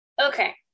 Okay